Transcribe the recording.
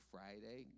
Friday